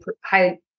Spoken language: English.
high